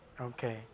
Okay